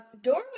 Doorway